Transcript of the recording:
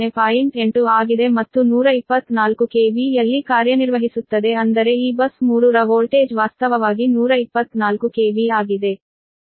8 ಆಗಿದೆ ಮತ್ತು 124 KV ಯಲ್ಲಿ ಕಾರ್ಯನಿರ್ವಹಿಸುತ್ತದೆ ಅಂದರೆ ಈ ಬಸ್ 3 ರ ವೋಲ್ಟೇಜ್ ವಾಸ್ತವವಾಗಿ 124 KV ಆಗಿದೆ